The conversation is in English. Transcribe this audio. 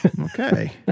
Okay